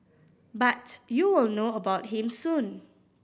but you will know about him soon